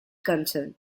concern